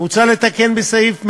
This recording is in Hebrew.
מוצע לתקן בסעיף 102א(ה)